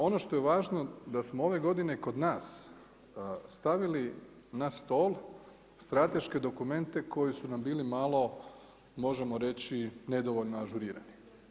Ono što je važno da smo ove godine kod nas stavili na stol strateške dokumente koji su nam bili malo možemo reći nedovoljno ažurirani.